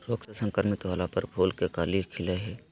रोग से संक्रमित होला पर फूल के कली खिलई हई